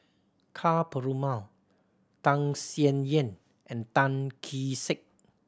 Ka Perumal Tham Sien Yen and Tan Kee Sek